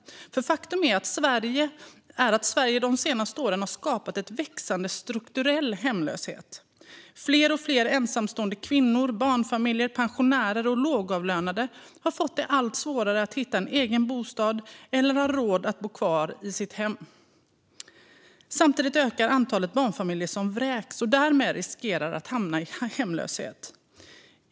Faktum är att Sverige de senaste åren har skapat en växande strukturell hemlöshet. Fler och fler ensamstående kvinnor, barnfamiljer, pensionärer och lågavlönade har fått det allt svårare att hitta en egen bostad eller att ha råd att bo kvar i sitt hem. Samtidigt ökar antalet barnfamiljer som vräks och därmed riskerar att hamna i hemlöshet.